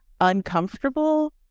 uncomfortable